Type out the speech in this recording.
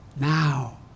now